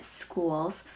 schools